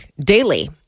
daily